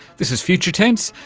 this is future tense,